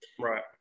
Right